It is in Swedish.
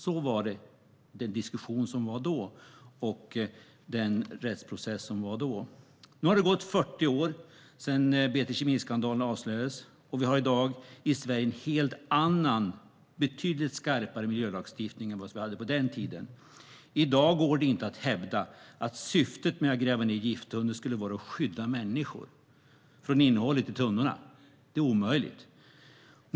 Så var diskussionen och rättsprocessen då. Nu har det gått 40 år sedan BT Kemi-skandalen avslöjades, och vi har i dag i Sverige en helt annan och betydligt skarpare miljölagstiftning än vad vi hade på den tiden. I dag går det inte att hävda att syftet med att gräva ned gifttunnor skulle vara för att skydda människor från innehållet i tunnorna. Det är omöjligt.